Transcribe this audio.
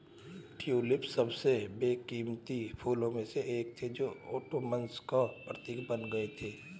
tulip सबसे बेशकीमती फूलों में से थे जो ओटोमन्स का प्रतीक बन गए थे